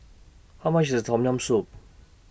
How much IS Tom Yam Soup